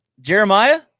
Jeremiah